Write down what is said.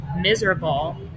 miserable